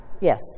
yes